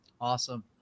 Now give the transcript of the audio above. Awesome